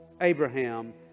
Abraham